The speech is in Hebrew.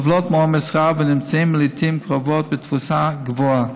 סובלות מעומס רב ונמצאות לעיתים קרובות בתפוסה גבוהה.